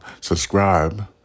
Subscribe